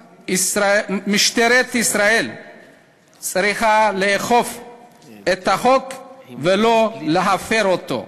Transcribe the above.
משטרת ישראל צריכה לאכוף את החוק ולא להפר אותו,